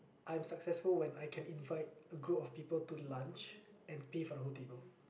I'm successful when I can invite a group of people to lunch and pay for the whole table